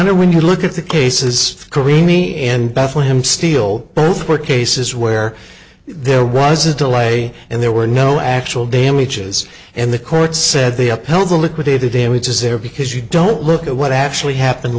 honor when you look at the cases careen me and bethlehem steel both were cases where there was a delay and there were no actual damages and the courts said they upheld the liquidated damages there because you don't look at what actually happened